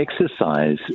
exercise